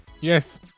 Yes